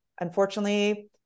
unfortunately